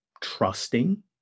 trusting